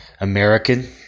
American